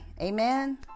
Amen